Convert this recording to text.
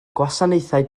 gwasanaethau